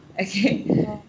Okay